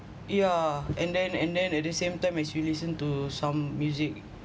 yeah and then and then at the same time as you listen to some music